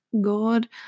god